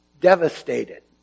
devastated